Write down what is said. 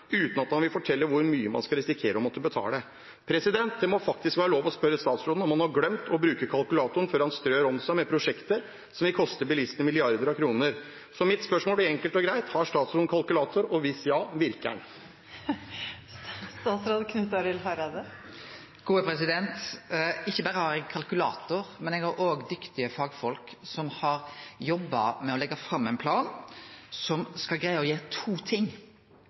uten at man vil fortelle hvor mye man skal risikere å måtte betale. Det må faktisk være lov å spørre statsråden om han har glemt å bruke kalkulatoren før han strør om seg med prosjekter som vil koste bilistene milliarder av kroner. Så mitt spørsmål blir enkelt og greit: Har statsråden kalkulator, og – hvis ja – virker den? Ikkje berre har eg kalkulator, men eg har òg dyktige fagfolk som har jobba med å leggje fram ein plan som skal greie å gjere to ting: